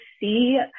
see